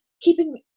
keeping